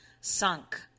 sunk